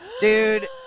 Dude